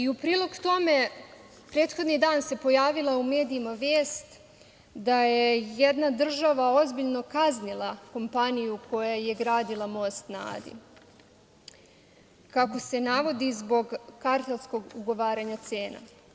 U prilog tome prethodni dan se pojavila u medijima vest da je jedna država ozbiljno kaznila kompaniju koja je gradila Most na Adi, kako se navodi, zbog kartelskog ugovaranja cena.